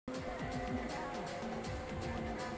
greenhouse ঘরে বেশিরভাগ টমেটোর মত টরপিক্যাল সবজি ফল উৎপাদল ক্যরা